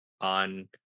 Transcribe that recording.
on